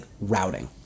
routing